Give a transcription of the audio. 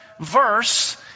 verse